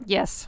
Yes